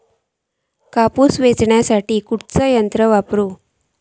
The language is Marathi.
कापूस येचुक खयला यंत्र वापरू?